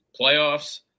Playoffs